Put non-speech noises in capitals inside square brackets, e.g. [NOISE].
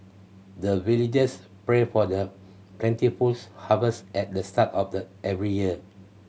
the villagers pray for the plentiful [UNINTELLIGIBLE] harvest at the start of the every year